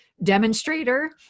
Demonstrator